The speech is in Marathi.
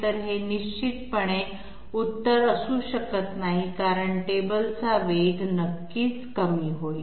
तर हे निश्चितपणे उत्तर असू शकत नाही कारण टेबलचा वेग नक्कीच कमी होईल